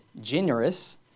generous